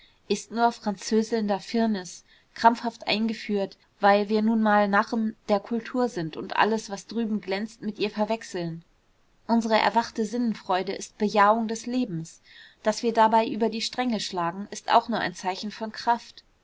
ist nur französelnder firnis krampfhaft eingeführt weil wir nun mal narren der kultur sind und alles was drüben glänzt mit ihr verwechseln unsere erwachte sinnenfreude ist bejahung des lebens daß wir dabei über die stränge schlagen ist auch nur ein zeichen von kraft